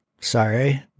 Sorry